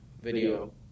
video